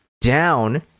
down